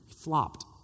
Flopped